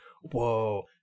whoa